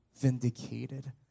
vindicated